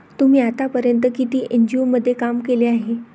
तुम्ही आतापर्यंत किती एन.जी.ओ मध्ये काम केले आहे?